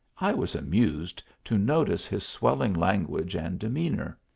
i was amused to notice his swelling language and demeanour.